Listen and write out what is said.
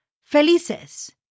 felices